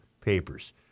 papers